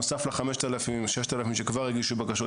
בנוסף ל-6,000-5,000 שכבר הגישו בקשות,